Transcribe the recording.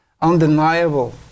undeniable